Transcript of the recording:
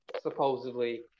supposedly